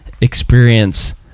Experience